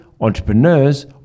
entrepreneurs